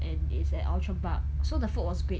and it's at outram park so the food was great